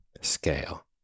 scale